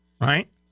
right